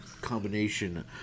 combination